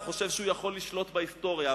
הוא חושב שהוא יכול לשלוט בהיסטוריה.